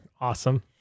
Awesome